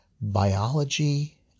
Biology